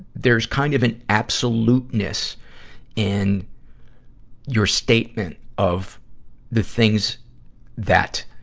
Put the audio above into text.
there's kind of an absoluteness in your statement of the things that,